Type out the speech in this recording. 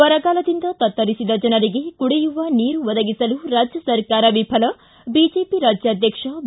ಬರಗಾಲದಿಂದ ತತ್ತರಿಸಿದ ಜನರಿಗೆ ಕುಡಿಯುವ ನೀರು ಒದಗಿಸಲು ರಾಜ್ಯ ಸರ್ಕಾರ ವಿಫಲ ಬಿಜೆಪಿ ರಾಜ್ಯಾಧ್ಯಕ್ಷ ಬಿ